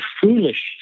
foolish